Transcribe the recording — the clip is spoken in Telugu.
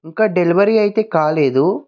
ఇంకా డెలివరీ అయితే కాలేదు